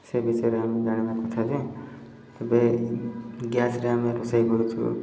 ସେ ବିଷୟରେ ଆମେ ଜାଣିବା କଥା ଯେ ଏବେ ଗ୍ୟାସ୍ରେ ଆମେ ରୋଷେଇ କରୁଛୁ